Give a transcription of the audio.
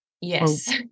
Yes